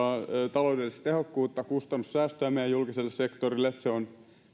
taloudellista tehokkuutta kustannussäästöä meidän julkiselle sektorille se on